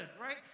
right